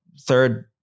third